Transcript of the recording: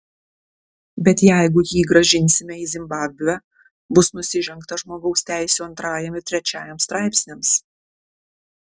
bet jeigu jį grąžinsime į zimbabvę bus nusižengta žmogaus teisių antrajam ir trečiajam straipsniams